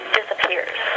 disappears